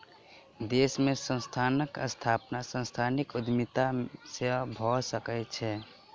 देश में संस्थानक स्थापना सांस्थानिक उद्यमिता से भअ सकै छै